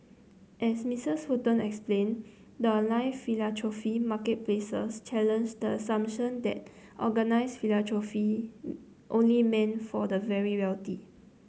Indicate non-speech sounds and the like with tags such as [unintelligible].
as Mistress Fulton explain the line philanthropy marketplaces challenge the assumption that organised philanthropy [unintelligible] only meant for the very wealthy